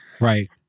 Right